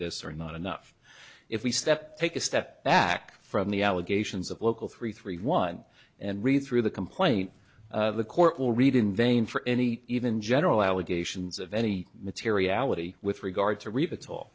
this are not enough if we step take a step back from the allegations of local three three one and read through the complaint the court will read in vain for any even general allegations of any materiality with regard to re